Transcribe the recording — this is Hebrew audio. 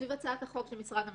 סביב הצעת החוק של משרד המשפטים.